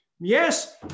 Yes